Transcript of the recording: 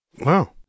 Wow